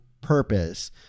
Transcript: purpose